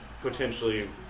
potentially